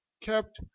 kept